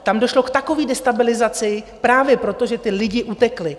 Tam došlo k takové destabilizaci právě proto, že ti lidi utekli.